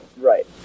right